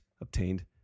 obtained